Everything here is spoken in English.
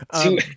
Two